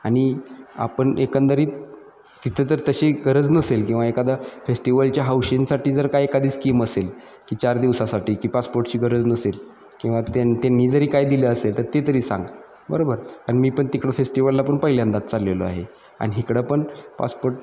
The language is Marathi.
आणि आपण एकंदरीत तिथं जर तशी गरज नसेल किंवा एखादा फेस्टिवलच्या हौशींसाठी जर काय एखादी स्कीम असेल की चार दिवसासाठी की पासपोर्टची गरज नसेल किंवा त्यां त्यांनी जरी काय दिलं असेल तर ते तरी सांग बरोबर आणि मी पण तिकडं फेस्टिवलला पण पहिल्यांदाच चाललेलो आहे आणि इकडं पण पासपोर्ट